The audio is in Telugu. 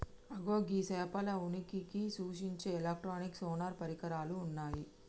అగో గీ సేపల ఉనికిని సూచించే ఎలక్ట్రానిక్ సోనార్ పరికరాలు ఉన్నయ్యి